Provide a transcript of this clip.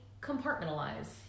compartmentalize